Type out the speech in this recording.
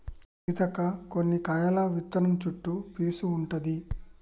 సీతక్క కొన్ని కాయల విత్తనం చుట్టు పీసు ఉంటది